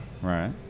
Right